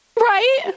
right